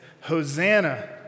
Hosanna